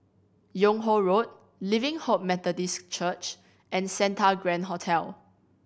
Yung Ho Road Living Hope Methodist Church and Santa Grand Hotel